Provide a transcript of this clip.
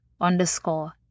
underscore